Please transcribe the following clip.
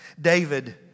David